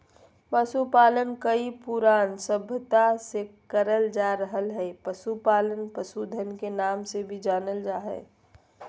पशुपालन कई पुरान सभ्यता से करल जा रहल हई, पशुपालन पशुधन के नाम से भी जानल जा हई